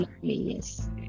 Yes